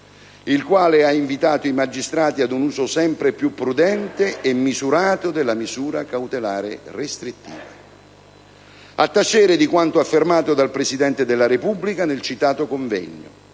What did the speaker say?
il quale ha invitato i magistrati «ad un uso sempre più prudente e misurato della misura cautelare restrittiva». A tacere di quanto affermato dal Presidente della Repubblica nel citato convegno,